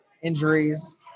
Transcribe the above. injuries